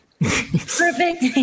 Perfect